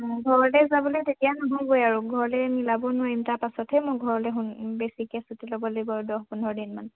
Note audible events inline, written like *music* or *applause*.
অঁ ঘৰলৈ যাবলৈ তেতিয়া নহ'বই আৰু ঘৰলৈ মিলাব নোৱাৰিম তাৰ পাছতহে মই ঘৰলৈ *unintelligible* বেছিকৈ ছুটি ল'ব লাগিব আৰু দহ পোন্ধৰ দিনমান